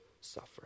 suffer